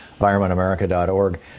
environmentamerica.org